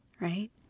right